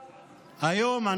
היום,